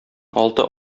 алты